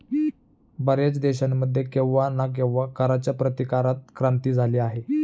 बर्याच देशांमध्ये केव्हा ना केव्हा कराच्या प्रतिकारात क्रांती झाली आहे